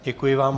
Děkuji vám.